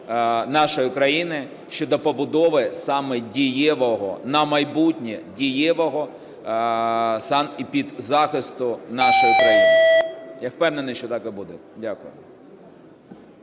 нашої України щодо побудови саме дієвого на майбутнє санепідзахисту нашої країни. Я впевнений, що так і буде. Дякую.